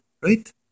Right